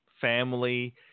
family